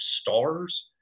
stars